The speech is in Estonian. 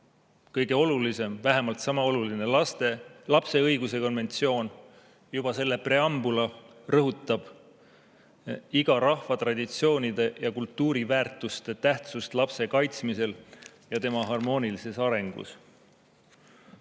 kõige olulisem või vähemalt sama oluline on lapse õiguste konventsioon. Juba selle preambul rõhutab iga rahva traditsioonide ja kultuuriväärtuste tähtsust lapse kaitsmisel ja tema harmoonilises arengus.